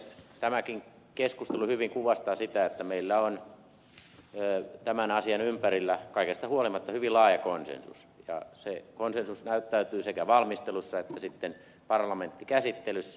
tämäkin keskustelu hyvin kuvastaa sitä että meillä on tämän asian ympärillä kaikesta huolimatta hyvin laaja konsensus ja se konsensus näyttäytyy sekä valmistelussa että sitten parlamenttikäsittelyssä